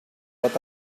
but